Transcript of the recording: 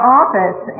office